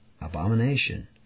abomination